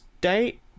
date